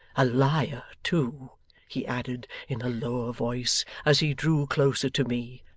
a liar too he added, in a lower voice as he drew closer to me,